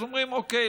אז אומרים: אוקיי,